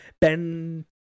Ben